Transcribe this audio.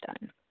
done